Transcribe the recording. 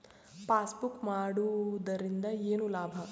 Passbook ಮಾಡುದರಿಂದ ಏನು ಲಾಭ?